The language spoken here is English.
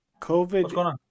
COVID